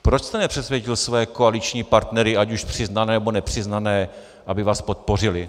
Proč jste nepřesvědčil své koaliční partnery, ať už přiznané, nebo nepřiznané, aby vás podpořili?